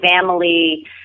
family